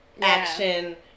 action